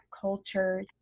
culture